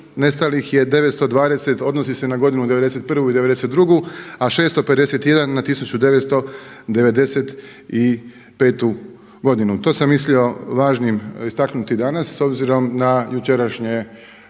nestalih je 920, odnosi se na godinu '91. i '92. a 651 na 1995. godinu. To sam mislio važnim istaknuti danas s obzirom na jučerašnje